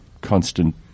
constant